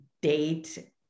date